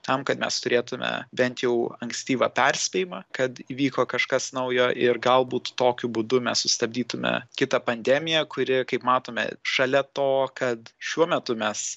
tam kad mes turėtume bent jau ankstyvą perspėjimą kad įvyko kažkas naujo ir galbūt tokiu būdu mes sustabdytume kitą pandemiją kuri kaip matome šalia to kad šiuo metu mes